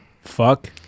Fuck